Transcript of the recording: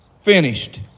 finished